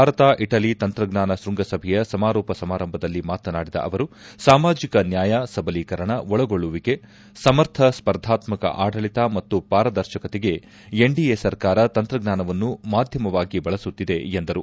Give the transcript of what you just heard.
Bharat Italy ತಂತ್ರಜ್ಞಾನ ಶ್ಯಂಗಸಭೆಯ ಸಮಾರೋಪ ಸಮಾರಂಭದಲ್ಲಿ ಮಾತನಾಡಿದ ಅವರು ಸಾಮಾಜಿಕ ನ್ಯಾಯ ಸಬಲೀಕರಣ ಒಳಗೊಳ್ಳುವಿಕೆ ಸಮರ್ಥ ಸ್ಪರ್ಧಾತ್ಮಕ ಆಡಳತ ಮತ್ತು ಪಾರದರ್ಶಕತೆಗೆ ಎನ್ಡಿಎ ಸರ್ಕಾರ ತಂತ್ರಜ್ಞಾನವನ್ನು ಮಾಧ್ಯಮವಾಗಿ ಬಳಸುತ್ತಿದೆ ಎಂದರು